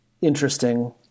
interesting